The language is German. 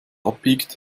abbiegt